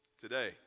today